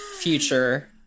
future